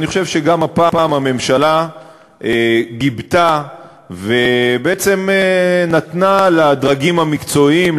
אני חושב שגם הפעם הממשלה גיבתה ובעצם נתנה לדרגים המקצועיים,